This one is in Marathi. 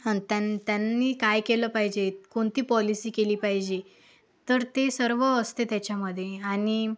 अन त्यान त्यांनी काय केलं पाहिजे कोणती पॉलिसी केली पाहिजे तर ते सर्व असते त्याच्यामध्ये आणि